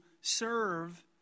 serve